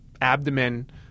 abdomen